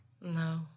no